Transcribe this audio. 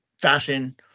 fashion